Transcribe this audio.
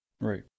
Right